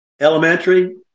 elementary